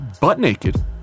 butt-naked